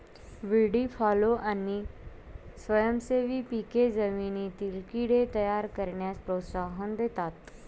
व्हीडी फॉलो आणि स्वयंसेवी पिके जमिनीतील कीड़े तयार करण्यास प्रोत्साहन देतात